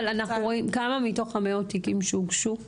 כמה מתוך המאות תיקים שהוגשו מהתלונות,